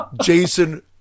Jason